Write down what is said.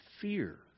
fear